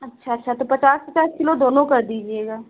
अच्छा अच्छा तो पचास पचास किलो दोनों कर दीजिएगा